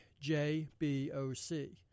J-B-O-C